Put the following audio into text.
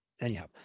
Anyhow